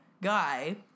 guy